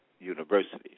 universities